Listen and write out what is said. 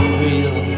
real